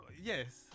yes